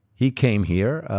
he came here,